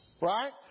right